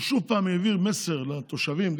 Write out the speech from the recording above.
הוא שוב פעם העביר מסר לתושבים,